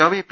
കവി പി